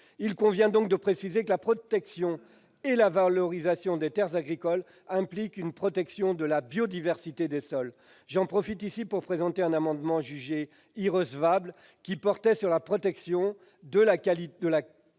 Il convient donc de préciser que la protection et la valorisation des terres agricoles impliquent une protection de la biodiversité des sols. J'en profite pour présenter un amendement jugé irrecevable. Il portait sur la protection de la quantité